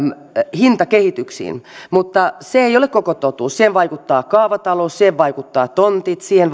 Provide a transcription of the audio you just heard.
hintakehityksissä mutta se ei ole koko totuus siihen vaikuttaa kaavatalous siihen vaikuttavat tontit siihen